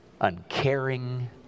uncaring